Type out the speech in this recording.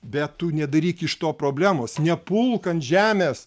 bet tu nedaryk iš to problemos nepulk ant žemės